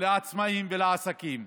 לעצמאים ולעסקים,